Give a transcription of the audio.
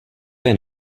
jen